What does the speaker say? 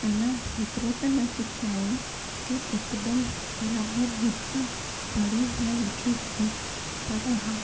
अञा हेतिरो त न सिखिया आहियूं की हिकदमु बराबरि रीति सां पढ़ी या लिखी सघूं पर हा